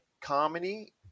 comedy